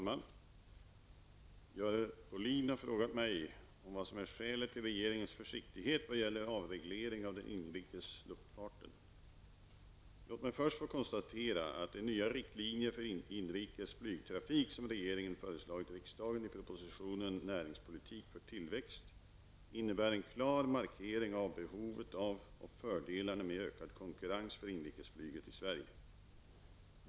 Herr talman! Görel Bohlin har frågat mig vad som är skälet till regeringens försiktighet vad gäller avreglering av den inrikes luftfarten. Låt mig först få konstatera att de nya riktlinjer för inrikes flygtrafik som regeringen föreslagit riksdagen i propositionen Näringspolitik för tillväxt innebär en klar markering av behovet av och fördelarna med ökad konkurrens för inrikesflyget i Sverige.